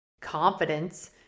confidence